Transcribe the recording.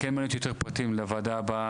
כן רציתי יותר פרטים לוועדה הבאה,